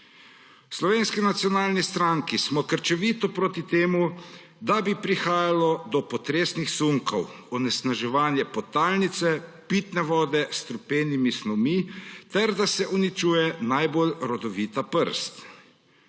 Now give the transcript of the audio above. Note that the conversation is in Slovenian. Slovenski nacionalni stranki smo krčevito proti temu, da bi prihajalo do potresnih sunkov, onesnaževanja podtalnice, pitne vode s strupenimi snovmi ter da se uničuje najbolj rodovitna prst.